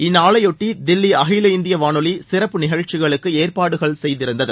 இந்நாளையொட்டி தில்லி அகில இந்திய வானொலி சிறப்பு நிகழ்ச்சிகளுக்கு ஏற்பாடுகள் செய்திருந்தது